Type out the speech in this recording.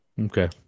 Okay